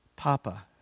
Papa